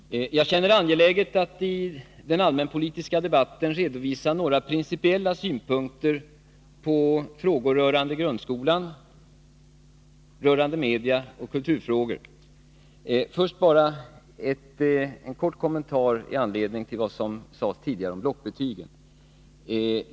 Fru talman! Jag känner det angeläget att i den allmänpolitiska debatten redovisa några principiella synpunkter på dels frågor rörande grundskolan, dels frågor rörande media och kultur. Först bara en kort kommentar i anledning av vad som sades tidigare om blockbetygen.